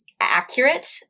accurate